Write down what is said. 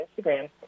Instagram